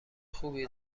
خوبی